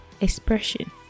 expression